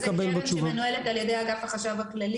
--- זה קרן שמנוהלת על ידי אגף החשב הכללי.